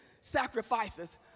sacrifices